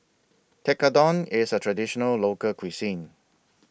Tekkadon IS A Traditional Local Cuisine